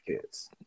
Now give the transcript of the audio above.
kids